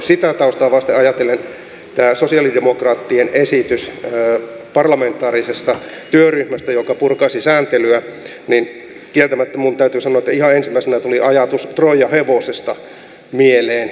sitä taustaa vasten ajatellen kieltämättä minun täytyy sanoa että tästä sosialidemokraattien esityksestä parlamentaarisesta työryhmästä joka purkaisi sääntelyä ihan ensimmäisenä tuli ajatus troijan hevosesta mieleen